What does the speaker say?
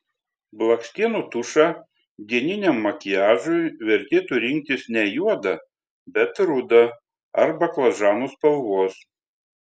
blakstienų tušą dieniniam makiažui vertėtų rinktis ne juodą bet rudą ar baklažanų spalvos